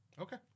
Okay